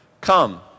Come